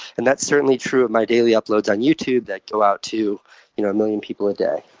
and that's certainly true of my daily uploads on youtube that go out to you know a million people a day.